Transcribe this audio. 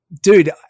dude